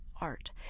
art